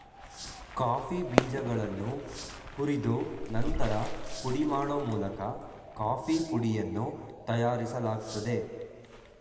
coffee ಬೀಜಗಳನ್ನು ಹುರಿದು ನಂತರ ಪುಡಿ ಮಾಡೋ ಮೂಲಕ ಕಾಫೀ ಪುಡಿಯನ್ನು ತಯಾರಿಸಲಾಗ್ತದೆ